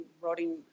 rotting